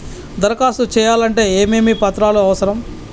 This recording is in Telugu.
దరఖాస్తు చేయాలంటే ఏమేమి పత్రాలు అవసరం?